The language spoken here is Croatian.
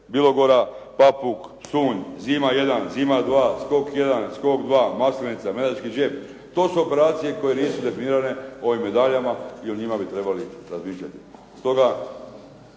Bilogora, Papuk, Slunj, zima 1, zima 2, skok 1, skok 2, Maslinica, Medački džep, to su operacije koje nisu definirane ovim medaljama i o njima bi trebali razmišljati.